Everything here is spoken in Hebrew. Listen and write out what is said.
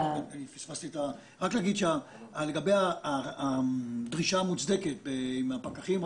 רק להגיד לגבי הדרישה המוצדקת עם הפקחים,